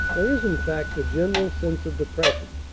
there is, in fact, a general sense of depression.